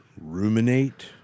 ruminate